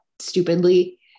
stupidly